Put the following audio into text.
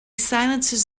silences